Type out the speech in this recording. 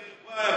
בושה וחרפה,